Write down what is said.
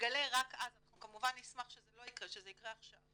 ויגלה רק אז אנחנו כמובן נשמח שזה לא יקרה אלא יקרה עכשיו